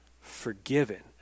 forgiven